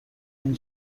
این